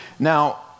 Now